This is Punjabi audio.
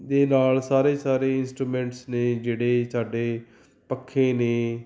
ਦੇ ਨਾਲ ਸਾਰੇ ਸਾਰੇ ਇੰਸਟਰੂਮੈਂਟਸ ਨੇ ਜਿਹੜੇ ਸਾਡੇ ਪੱਖੇ ਨੇ